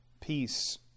peace